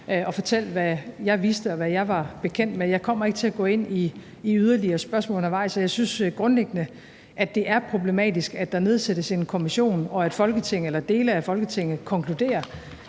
og fortælle, hvad jeg vidste, og hvad jeg var bekendt med. Jeg kommer ikke til at gå ind i yderligere spørgsmål undervejs, og jeg synes grundlæggende, at det er problematisk, at der, når der nedsættes en kommission, så er dele af Folketinget, der konkluderer